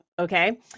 okay